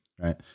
Right